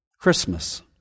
Christmas